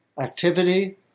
activity